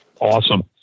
Awesome